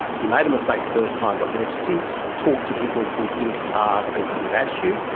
you made a mistake the first time, but we've since talked to people we think are the people who bashed you,